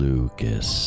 Lucas